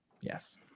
yes